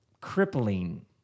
crippling